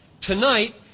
Tonight